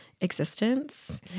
existence